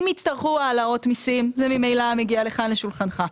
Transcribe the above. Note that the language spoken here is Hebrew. אם יצטרכו העלאות מסים זה ממילא מגיע לכאן לשולחנך,